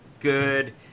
good